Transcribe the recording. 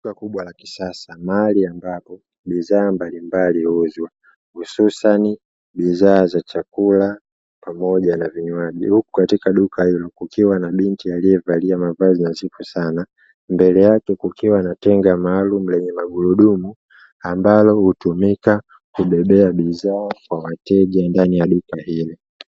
Duka kubwa la kisasa, mahali ambapo bidhaa mbalimbali huuzwa, hususani bidhaa za chakula pamoja na vinywaji, huku katika duka hilo kukiwa na binti alievalia mavazi nadhifu sana, mbele yake kukiwa na tenga maaalumu lenye magurudumu, ambalo hutumika kubebea bidhaa kwa wateja ndani ya duka hili.